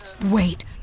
wait